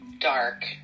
dark